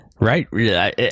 Right